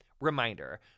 Reminder